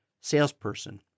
Salesperson